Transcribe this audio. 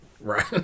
Right